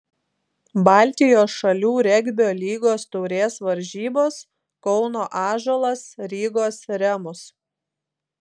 baltijos šalių regbio lygos taurės varžybos kauno ąžuolas rygos remus